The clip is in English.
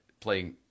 playing